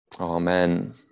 Amen